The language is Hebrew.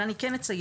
אבל אני כן אציין.